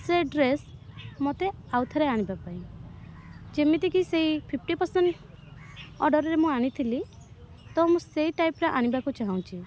ସେ ଡ୍ରେସ୍ ମୋତେ ଆଉ ଥରେ ଆଣିବା ପାଇଁ ଯେମିତି କି ସେଇ ଫିଫ୍ଟି ପରସେଣ୍ଟ୍ ଅର୍ଡ଼ର୍ରେ ମୁଁ ଆଣିଥିଲି ତ ମୁଁ ସେଇ ଟାଇପ୍ରେ ଆଣିବାକୁ ଚାହୁଁଛି